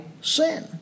sin